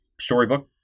Storybook